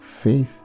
faith